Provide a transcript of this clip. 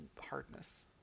hardness